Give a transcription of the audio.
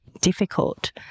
difficult